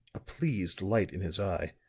a pleased light in his eye,